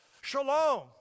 Shalom